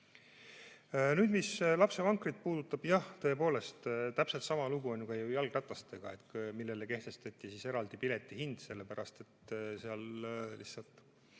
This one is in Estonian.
mis lapsevankrit puudutab, siis jah, tõepoolest, täpselt sama lugu on ka ju jalgratastega, millele kehtestati eraldi piletihind, sellepärast et seal lihtsalt